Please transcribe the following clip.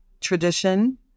tradition